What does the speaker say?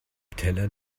teller